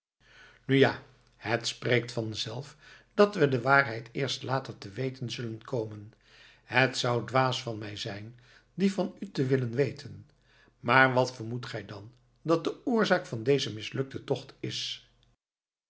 ja het spreekt vanzelf dat we de waarheid eerst later te weten zullen komen het zou dwaas van mij zijn die van u te willen weten maar wat vermoedt gij dan dat de oorzaak van dezen mislukten tocht is